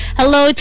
hello